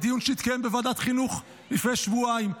בדיון שהתקיים בוועדת חינוך לפני שבועיים,